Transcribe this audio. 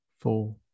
four